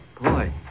Boy